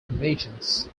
commissions